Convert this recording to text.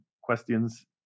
questions